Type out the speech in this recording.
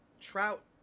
Trout